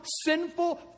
sinful